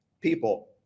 people